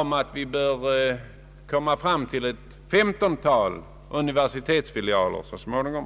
om inrättandet av ett femtontal universitetsfilialer så småningom.